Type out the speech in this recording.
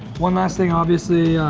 one last thing, obviously,